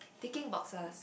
digging boxes